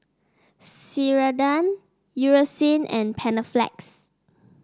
Ceradan Eucerin and Panaflex